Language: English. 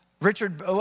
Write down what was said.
Richard